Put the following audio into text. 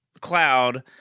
cloud